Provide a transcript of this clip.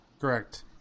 Correct